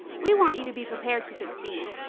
we want you to be prepared to succeed,